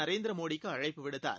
நரேந்திர மோடிக்கு அழைப்பு விடுத்தார்